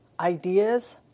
ideas